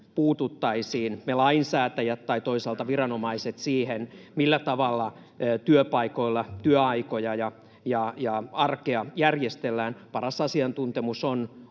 puututtaisiin — me lainsäätäjät tai toisaalta viranomaiset — siihen, millä tavalla työpaikoilla työaikoja ja arkea järjestellään. Paras asiantuntemus on